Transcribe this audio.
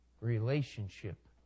Relationship